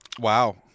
Wow